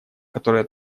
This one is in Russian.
которое